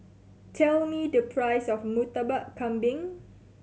tell me the price of Murtabak Kambing